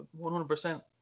100%